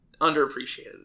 underappreciated